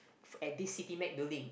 at this city med building